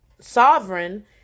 sovereign